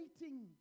waiting